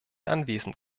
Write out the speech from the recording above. anwesend